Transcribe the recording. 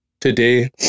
Today